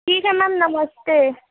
ठीक है मैम नमस्ते